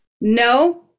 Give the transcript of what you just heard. No